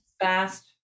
fast